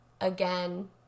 again